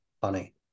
funny